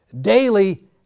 daily